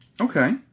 Okay